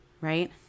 right